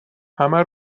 همه